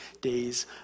days